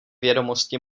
vědomosti